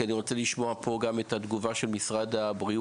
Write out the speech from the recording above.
כי אני רוצה לשמוע פה גם את התגובה של משרד הבריאות